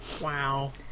Wow